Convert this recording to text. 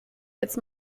jetzt